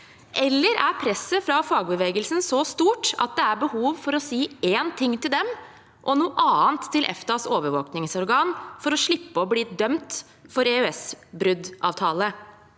Eller er presset fra fagbevegelsen så stort at det er behov for å si én ting til dem og noe annet til EFTAs overvåkningsorgan for å slippe å bli dømt for brudd